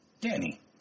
Danny